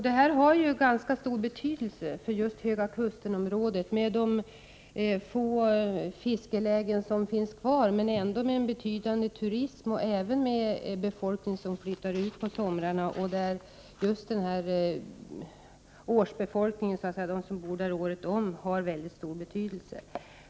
Det här har en ganska stor betydelse för Höga Kusten-området med de få fiskelägen som finns kvar, ett område som ändå har en betydande turism och även en befolkning som flyttar ut på somrarna. Här har också året-runt-boende en mycket stor betydelse.